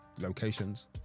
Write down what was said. locations